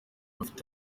bafite